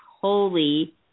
holy